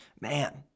man